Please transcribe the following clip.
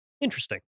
Interesting